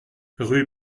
rue